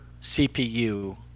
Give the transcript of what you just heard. CPU